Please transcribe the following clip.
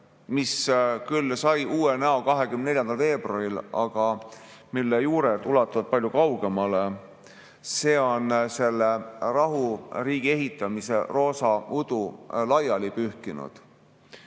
mis küll sai uue näo 24. veebruaril, aga mille juured ulatuvad palju kaugemale, on selle rahuriigi ehitamise roosa udu laiali pühkinud